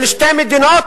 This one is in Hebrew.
של שתי מדינות,